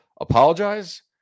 apologize